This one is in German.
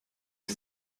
ich